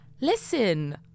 Listen